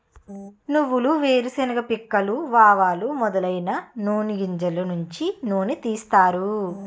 నువ్వులు వేరుశెనగ పిక్కలు ఆవాలు మొదలైనవి నూని గింజలు నుంచి నూనె తీస్తారు